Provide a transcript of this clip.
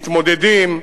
מתמודדים.